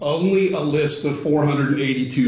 heat a list of four hundred and eighty two